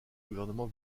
gouvernement